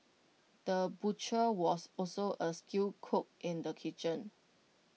the butcher was also A skilled cook in the kitchen